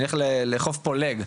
נלך לחוף פולג,